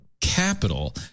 capital